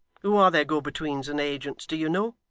who are their go-betweens, and agents do you know